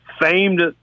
famed